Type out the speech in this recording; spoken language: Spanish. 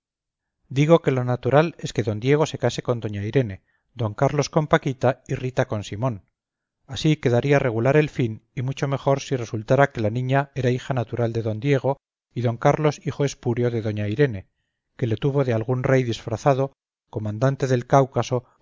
digo que lo natural es que d diego se case con doña irene d carlos con paquita y rita con simón así quedaría regular el fin y mucho mejor si resultara que la niña era hija natural de d diego y d carlos hijo espúreo de doña irene que le tuvo de algún rey disfrazado comandante del cáucaso